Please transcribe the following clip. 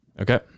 Okay